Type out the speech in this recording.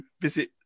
visit